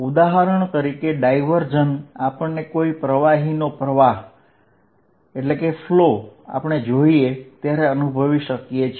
ઉદાહરણ તરીકે ડાયવર્જન્સ આપણને કોઈ પ્રવાહીનો પ્રવાહ આપણે જોઈએ ત્યારે અનુભવી શકીએ છીએ